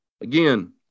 Again